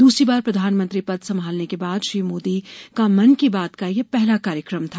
दूसरी बार प्रधानमंत्री पद संभालने के बाद श्री मोदी का मन की बात का यह पहला कार्यकम था